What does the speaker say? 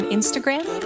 Instagram